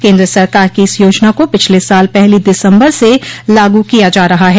केन्द्र सरकार की इस योजना को पिछले साल पहली दिसम्बर से लागू किया जा रहा है